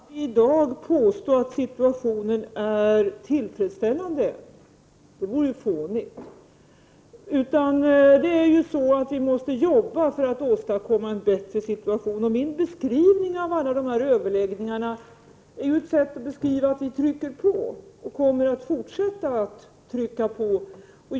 Herr talman! Jag skulle självfallet aldrig påstå att situationen i dag är tillfredsställande, det vore fånigt, utan vi måste jobba för att åstadkomma en bättre situation. Min beskrivning av alla dessa överläggningar är ett sätt att beskriva att vi trycker på och kommer att fortsätta att trycka på.